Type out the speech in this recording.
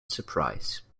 surprise